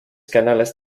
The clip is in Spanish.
canales